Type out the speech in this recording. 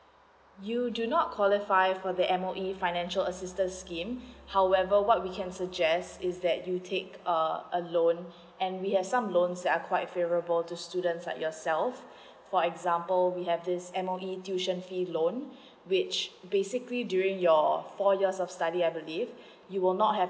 you do not qualify for the M_O_E financial assistance scheme however what we can suggest is that you take err a loan and we have some loans that are quite favorable to students like yourself for example we have this M_O_E tuition fee loan which basically during your four years of study I believe you will not have